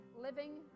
living